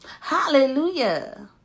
Hallelujah